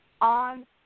on